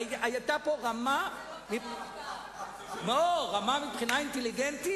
היתה פה רמה מבחינה אינטליגנטית.